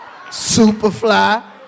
Superfly